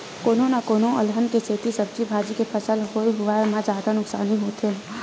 कोनो न कोनो अलहन के सेती सब्जी भाजी के फसल होए हुवाए म जादा नुकसानी होथे न